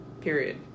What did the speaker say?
Period